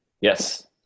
Yes